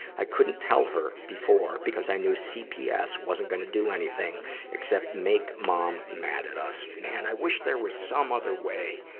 i couldn't tell her before because i knew cps wasn't gonna do anything except make mom mad at us. man, i wish there was some other way,